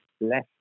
less